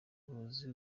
buzi